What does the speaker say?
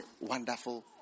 wonderful